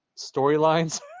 storylines